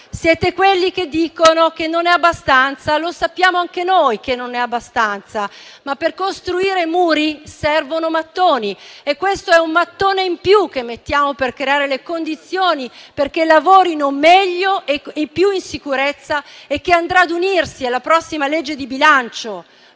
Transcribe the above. siete quelli che dicono che non è abbastanza. Lo sappiamo anche noi che non è abbastanza, ma per costruire muri servono mattoni e questo è un mattone in più, che mettiamo per creare le condizioni perché lavorino meglio e più in sicurezza, e che andrà ad unirsi alla prossima legge di bilancio.